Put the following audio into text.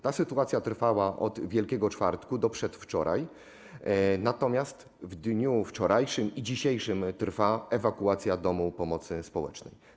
Ta sytuacja trwała od Wielkiego Czwartku do przedwczoraj, natomiast w dniu wczorajszym i dniu dzisiejszym trwa ewakuacja domu pomocy społecznej.